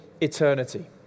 eternity